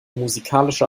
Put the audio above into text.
musikalische